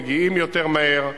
מגיעים יותר מהר,